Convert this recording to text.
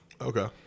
Okay